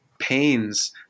pains